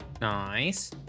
Nice